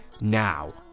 Now